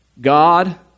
God